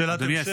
שאלת המשך.